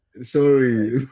Sorry